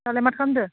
दालाय माथो खालामदो